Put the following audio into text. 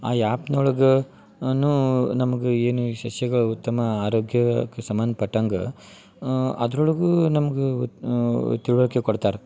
ಆ ಆ್ಯಪ್ನೊಳ್ಗ ಅನೂ ನಮ್ಗೆ ಏನು ವಿಶೇಷಗಳು ಉತ್ತಮ ಆರೋಗ್ಯಕ್ಕೆ ಸಂಬಂಧ್ಪಟ್ಟಂಗ ಅದರೊಳಗೂ ನಮ್ಗ ತಿಳುವಳಿಕೆ ಕೊಡ್ತಾರೆ